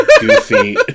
goofy